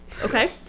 okay